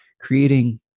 creating